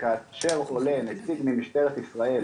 שכאשר עולה נציג של משטרת ישראל,